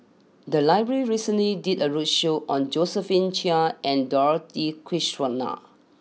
the library recently did a roadshow on Josephine Chia and Dorothy Krishnan